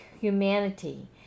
humanity